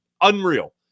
unreal